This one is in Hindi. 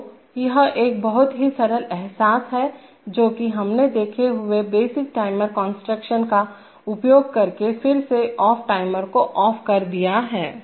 तो यह एक बहुत ही सरल अहसास है जो कि हमने देखे हुए बेसिक टाइमर कंस्ट्रक्शन का उपयोग करके फिर से ऑफ टाइमर को ऑफ कर दिया है